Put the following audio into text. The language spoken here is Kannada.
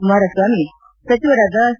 ಕುಮಾರಸ್ವಾಮಿ ಸಚಿವರಾದ ಸಿ